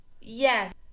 Yes